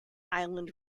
island